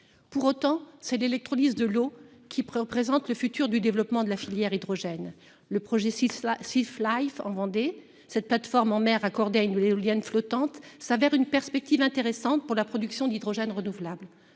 Pour autant, c'est bien l'électrolyse de l'eau qui représente l'avenir du développement de la filière hydrogène. Le projet en Vendée, plateforme en mer raccordée à une éolienne flottante, s'avère être une perspective intéressante pour la production d'hydrogène renouvelable.